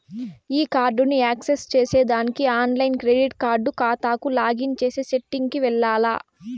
ఈ కార్డుని యాక్సెస్ చేసేదానికి ఆన్లైన్ క్రెడిట్ కార్డు కాతాకు లాగిన్ చేసే సెట్టింగ్ కి వెల్లాల్ల